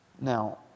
now